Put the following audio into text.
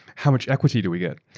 how much equity do we get?